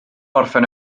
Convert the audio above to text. orffen